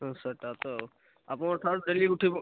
ହଁ ସେଟା ତ ଆଉ ଆପଣ ସାର୍ ଡେଲି ଉଠିବ